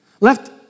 left